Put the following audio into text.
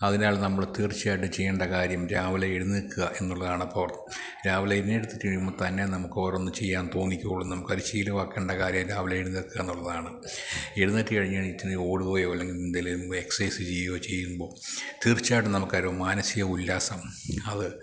അതിനാൽ നമ്മള് തീർച്ചയായിട്ടും ചെയ്യേണ്ട കാര്യം രാവിലെ എഴുന്നേല്ക്കുക എന്നുള്ളതാണ് അപ്പോള് രാവിലെ എഴുന്നേറ്റ് കഴിയുമ്പോള് തന്നെ നമുക്ക് ഓരോന്ന് ചെയ്യാന് തോന്നിക്കോളും നമുക്കത് ശീലമാക്കേണ്ട കാര്യം രാവിലെ എഴുന്നേല്ക്കുക എന്നുള്ളതാണ് എഴുന്നേറ്റ് കഴിഞ്ഞ് കഴിഞ്ഞിട്ട് നീ ഓടുകയോ അല്ലെങ്കില് എന്തേലും എക്സസൈസ് ചെയ്യുകയോ ചെയ്യുമ്പോള് തീർച്ചയായിട്ടും നമുക്കൊരു മാനസിക ഉല്ലാസം അത്